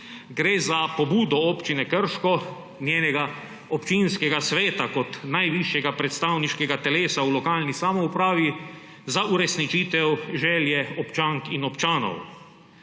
Gre za pobudo Občine Krško, njenega občinskega sveta kot najvišjega predstavniškega telesa v lokalni samoupravi za uresničitev želje občank in občanov.